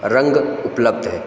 रंग उपलब्ध हैं